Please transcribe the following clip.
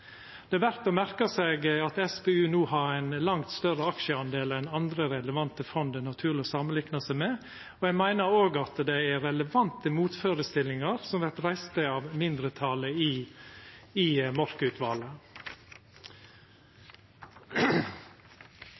Det er verdt å merka seg at SPU no har ein langt større aksjedel enn andre relevante fond det er naturleg å samanlikna seg med. Eg meiner òg det er relevante motførestillingar som vert reiste av mindretalet i Mork-utvalet. Eg viser i